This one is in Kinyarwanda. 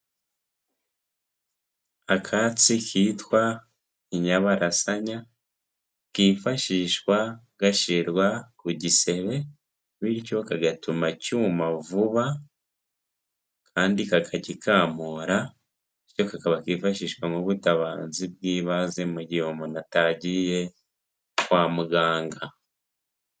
Akatsi kitwa inyabarasanya kifashishwa gashyirwa ku gisebe bityo kagatuma cyuma vuba kandi kakagikamura bityo kakaba kifashishwa mu butabazi bw'ibanze mu gihe umuntu atagiye kwa muganga.